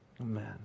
Amen